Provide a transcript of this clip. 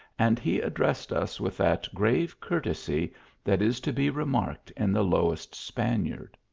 and he addressed us with that grave courtesy that is to be remarked in the lowest span iard.